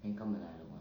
then come another one